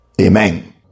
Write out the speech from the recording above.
Amen